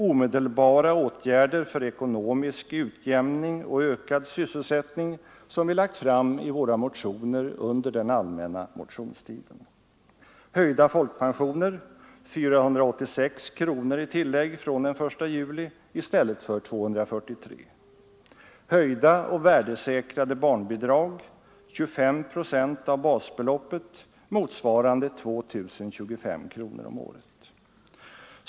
Omedelbara åtgärder för ekonomisk utjämning och ökad sysselsättning, såsom vi har föreslagit i våra motioner under den allmänna motionstiden. Höjda folkpensioner — 486 kronor i tillägg från den 1 juli i stället för 243 kronor. Höjda och värdesäkrade barnbidrag — 25 procent av basbeloppet, motsvarande 2025 kronor om året.